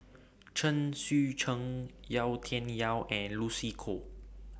Chen Sucheng Yau Tian Yau and Lucy Koh